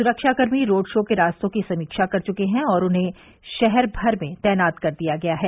सुरक्षाकर्मी रोडशो के रास्तों की समीक्षा कर चुके हैं और उन्हें शहरभर में तैनात कर दिया गया है